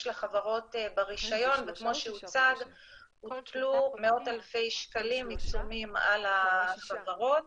לחברות ברישיון וכמו שהוצג הוטלו מאות אלפי שקלים עיצומים על החברות,